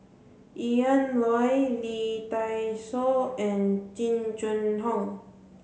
Ian Loy Lee Dai Soh and Jing Jun Hong